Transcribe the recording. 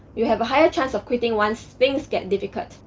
you have a higher chance of quitting once things get difficult.